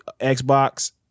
Xbox